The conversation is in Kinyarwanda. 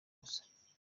ubusa